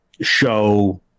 show